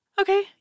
Okay